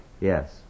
Yes